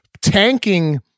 tanking